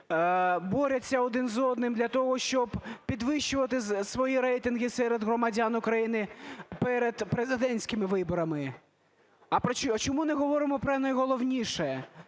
борються один з одним для того, щоб підвищувати свої рейтинги серед громадян України перед президентськими виборами. А чому не говоримо про найголовніше,